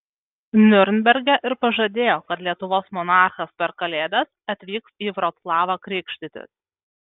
niurnberge ir pažadėjo kad lietuvos monarchas per kalėdas atvyks į vroclavą krikštytis